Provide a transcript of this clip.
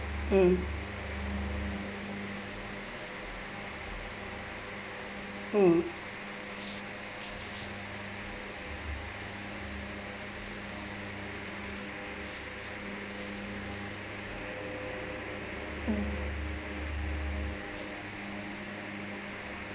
mm mm mm